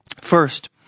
First